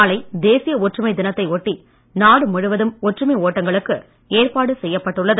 நாளை தேசிய ஒற்றுமை தினத்தை ஒட்டி நாடு முழுவதும் ஒற்றுமை ஓட்டங்களுக்கு ஏற்பாடு செய்யப்பட்டுள்ளது